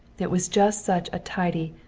it was just such a tidy,